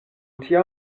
tia